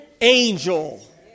angel